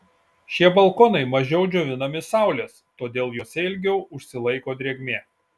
šie balkonai mažiau džiovinami saulės todėl juose ilgiau užsilaiko drėgmė